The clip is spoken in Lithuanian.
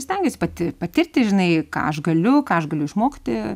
stengiuosi pati patirti žinai ką aš galiu ką aš galiu išmokti